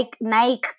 Nike